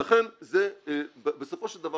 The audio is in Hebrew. לכן בסופו של דבר